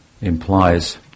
implies